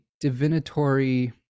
divinatory